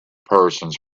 persons